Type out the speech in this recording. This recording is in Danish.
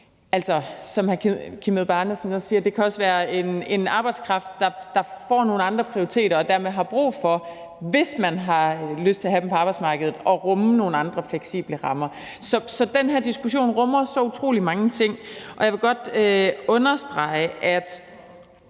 Kim Edberg Andersen siger, være en arbejdskraft, der får nogle andre prioriteter og dermed har brug for, hvis man har lyst til at have dem på arbejdsmarkedet, at kunne rummes i nogle andre fleksible rammer. Så den her diskussion rummer så utrolig mange ting, og jeg vil godt understrege, at